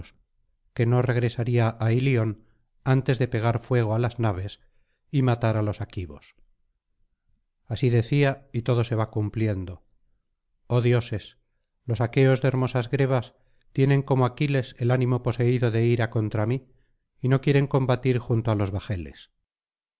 que no regresaría á ilion antes de pegar fuego á las naves y matar á los aquivos así decía y todo se va cumpliendo oh dioses los aqueos de hermosas grebas tienen como aquiles el ánimo poseído de ira contra mí y no quieren combatir junto á los bajeles